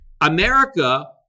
America